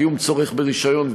קיום צורך ברישיון,